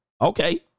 okay